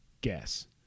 guess